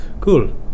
Cool